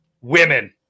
women